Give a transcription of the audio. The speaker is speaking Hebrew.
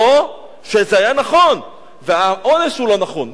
או שזה היה נכון והעונש הוא לא נכון.